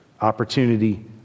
opportunity